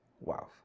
Wow